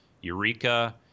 Eureka